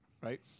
Right